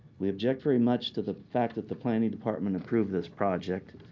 we object very much to the fact that the planning department approved this project.